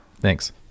Thanks